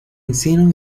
encino